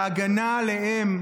ההגנה עליהם,